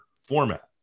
format